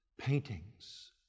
paintings